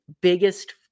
biggest